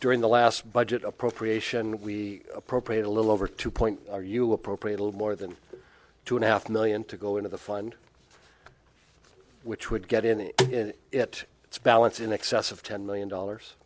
during the last budget appropriation we appropriated a little over two point are you appropriate a lot more than two and a half million to go into the fund which would get in the it its balance in excess of ten million dollars